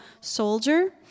Soldier